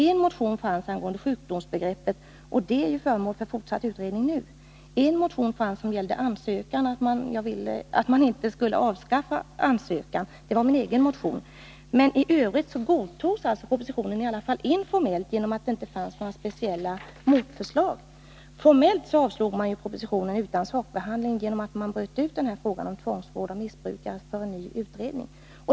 En motion gällde sjukdomsbegreppet, som ju är föremål för fortsatt utredning nu. En motion gällde att man inte skulle avskaffa ansökan — det var min egen motion. Men i övrigt godtogs alltså propositionen, i alla fall informellt, genom att det inte fanns några motförslag. Formellt avslog man propositionen utan sakbehandling genom att man bröt ut frågan om tvångsvård och missbrukare för ny utredning.